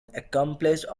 accomplished